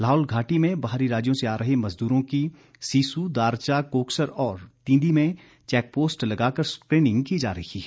लाहौल घाटी में बाहरी राज्यों से आ रहे मजदूरों की सिस्सू दारचा कोकसर और तिंदी में चैकपोस्ट लगाकर स्क्रीनिंग की जा रही है